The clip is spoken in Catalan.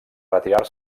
retirar